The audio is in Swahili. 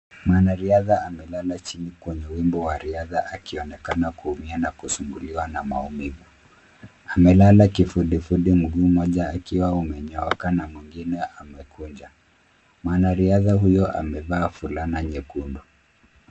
Mwanariadha amelala chini kwenye wimbo wa riadha, akionekana kuumia na kusumbuliwa na maumivu. Amelala kifudifudi, mguu mmoja akiwa umenyooka na mwingine amekunja. Mwanariadha huyo amevaa fulana nyekundu.